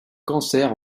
cancer